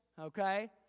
Okay